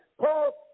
Paul